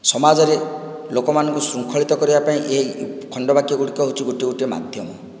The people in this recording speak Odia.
ସମାଜରେ ଲୋକମାନଙ୍କୁ ଶୃଙ୍ଖଳିତ କରିବା ପାଇଁ ଏଇ ଖଣ୍ଡବାକ୍ୟ ଗୁଡ଼ିକ ହେଉଛି ଗୋଟିଏ ଗୋଟିଏ ମାଧ୍ୟମ